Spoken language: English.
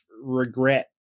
regret